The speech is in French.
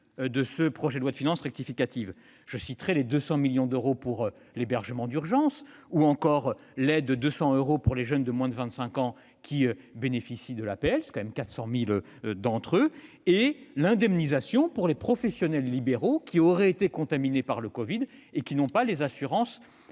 de ce projet de loi de finances rectificative. Je citerai les 200 millions d'euros pour l'hébergement d'urgence, l'aide de 200 euros pour les jeunes de moins de 25 ans qui bénéficient de l'APL (aide personnalisée au logement), soit 400 000 d'entre eux, et l'indemnisation pour les professionnels libéraux qui auraient été contaminés par le covid et qui n'ont pas les assurances